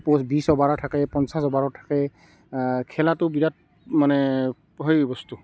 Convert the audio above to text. পছ বিছ অভাৰো থাকে পঞ্চাছ অভাৰো থাকে খেলাটো বিৰাট মানে সেই বস্তু